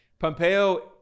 Pompeo